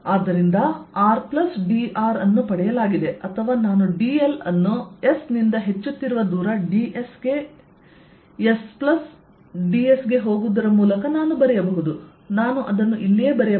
ಆದ್ದರಿಂದ r dr ಅನ್ನು ಪಡೆಯಲಾಗಿದೆ ಅಥವಾ ನಾನು dl ಅನ್ನು S ನಿಂದ ಹೆಚ್ಚುತ್ತಿರುವ ದೂರ dS ಗೆ SdS ಗೆ ಹೋಗುವುದರ ಮೂಲಕ ನಾನು ಬರೆಯಬಹುದು ನಾನು ಅದನ್ನು ಇಲ್ಲಿಯೇ ಬರೆಯಬಹುದು